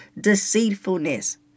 deceitfulness